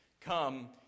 Come